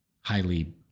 highly